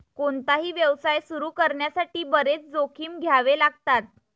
कोणताही व्यवसाय सुरू करण्यासाठी बरेच जोखीम घ्यावे लागतात